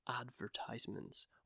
advertisements